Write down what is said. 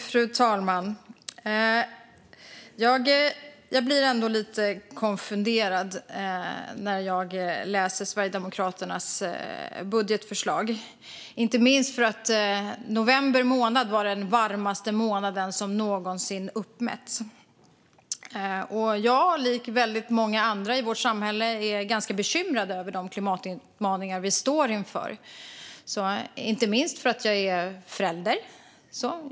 Fru talman! Jag blir ändå lite konfunderad när jag läser Sverigedemokraternas budgetförslag, inte minst för att november månad var den varmaste som någonsin uppmätts. Jag är, likt väldigt många andra i vårt samhälle, ganska bekymrad över de klimatutmaningar vi står inför, inte minst för att jag är förälder.